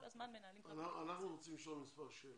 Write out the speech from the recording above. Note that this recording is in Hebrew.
אני רוצה לשאול מספר שאלות.